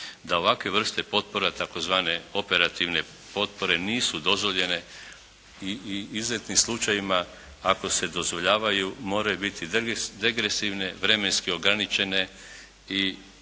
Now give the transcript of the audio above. da ovakve vrste potpora tzv. operativne potpore nisu dozvoljene i u izuzetnim slučajevima ako se dozvoljavaju moraju biti degresivne, vremenski ograničene i selektivne.